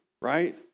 right